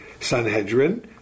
Sanhedrin